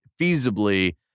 feasibly